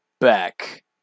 back